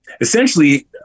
essentially